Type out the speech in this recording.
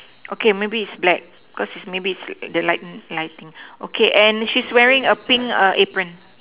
okay maybe is black because is maybe is the lightning lighting okay and she's wearing a pink apron